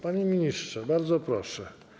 Panie ministrze, bardzo proszę.